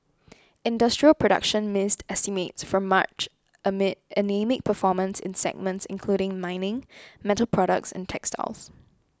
industrial production missed estimates for March amid anaemic performance in segments including mining metal products and textiles